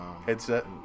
Headset